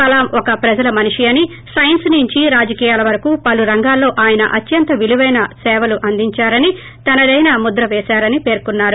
కలాం ఒక ప్రజల మనిషి అని సైన్సు నుంచి రాజకీయాల వరకు పలు రంగాల్లో ఆయన అత్యంత విలువైన సేవలందించారని తనదైన ముద్ర పేశారని పేర్కొన్నారు